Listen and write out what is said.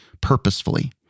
purposefully